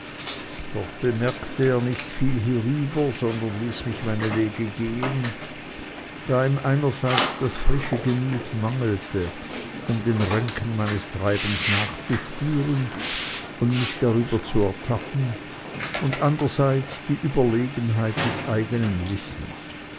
doch bemerkte er nicht viel hierüber sondern ließ mich meine wege gehen da ihm einerseits das frische gemüt mangelte um den ränken meines treibens nachzuspüren und mich darüber zu ertappen und anderseits die überlegenheit des eigenen wissens